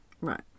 Right